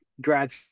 grad